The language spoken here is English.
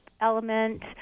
element